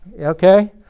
okay